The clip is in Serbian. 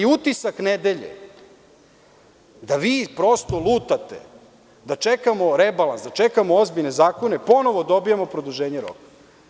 Utisak nedelje je da vi prosto lutate, da čekamo rebalans, da čekamo ozbiljne zakone i ponovo dobijamo produženje roka.